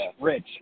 Rich